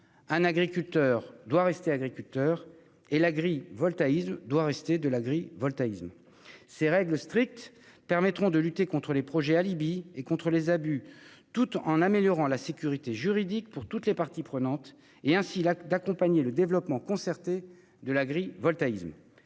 Un agriculteur doit rester un agriculteur et l'agrivoltaïsme doit rester de l'agrivoltaïsme ! Ces règles strictes permettront de lutter contre les projets alibis et contre les abus, tout en améliorant la sécurité juridique pour toutes les parties prenantes, et ainsi, d'accompagner le développement concerté de l'agrivoltaïsme.